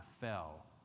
fell